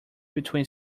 between